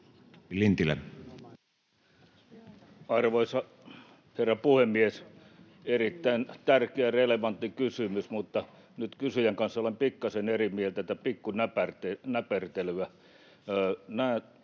Arvoisa herra puhemies! Erittäin tärkeä, relevantti kysymys, mutta nyt kysyjän kanssa olen pikkasen eri mieltä, että tämä olisi pikkunäpertelyä.